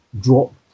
drop